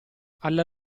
alla